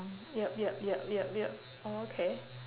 yup yup yup yup yup oh okay